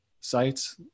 sites